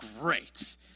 great